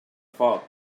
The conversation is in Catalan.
foc